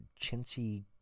chintzy